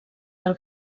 del